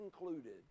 included